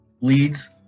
leads